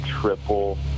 triple